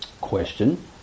question